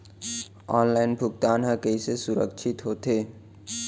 Online भुगतान हा कइसे सुरक्षित होथे?